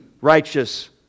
righteous